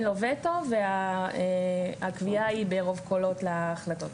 לו וטו והקביעה היא ברוב קולות להחלטות.